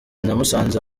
namusanze